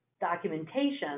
documentation